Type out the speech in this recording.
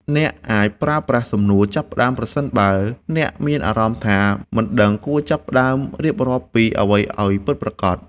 អ្នកអាចប្រើប្រាស់សំណួរផ្ដើម ប្រសិនបើអ្នកមានអារម្មណ៍ថា មិនដឹងគួរចាប់ផ្ដើមរៀបរាប់ពីអ្វីឱ្យពិតប្រាកដ។